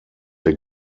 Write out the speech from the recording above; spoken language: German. der